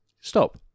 stop